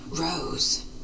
Rose